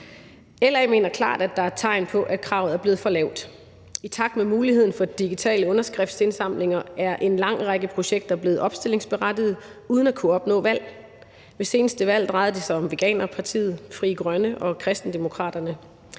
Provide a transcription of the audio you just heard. LA mener klart, der er tegn på, at kravet er blevet for lavt. I takt med muligheden for digitale underskriftsindsamlinger er en lang række projekter blevet opstillingsberettigede uden at kunne opnå valg. Ved seneste valg drejede det sig om Veganerpartiet, Frie Grønne og Kristendemokraterne.